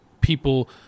people